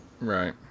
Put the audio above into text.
Right